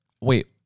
wait